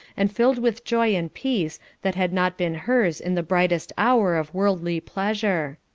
and filled with joy and peace that had not been hers in the brightest hour of worldly pleasure.